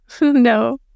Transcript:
No